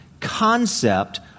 concept